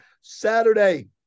Saturday